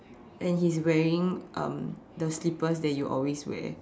and he's wearing um the slippers that you always wear